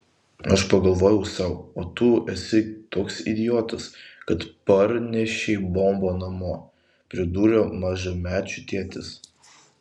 aš pagalvojau sau o tu esi toks idiotas kad parnešei bombą namo pridūrė mažamečių tėtis